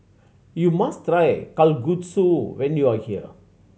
you must try Kalguksu when you are here